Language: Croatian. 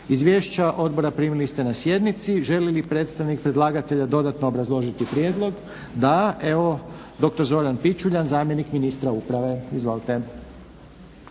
Izvješća odbora primili ste na sjednici. Želi li predstavnik predlagatelja dodatno obrazložiti prijedlog? Da. Evo, dr. Zoran Pičuljan zamjenik ministra uprave. Izvolite.